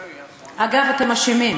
אגב, אתם אשמים.